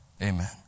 Amen